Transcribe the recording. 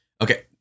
Okay